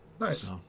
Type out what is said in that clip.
nice